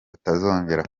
atazongera